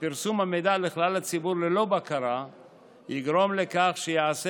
שפרסום המידע לכלל הציבור ללא בקרה יגרום לכך שייעשה